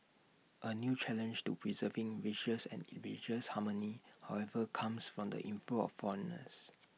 A new challenge to preserving racial and harmony however comes from the inflow of foreigners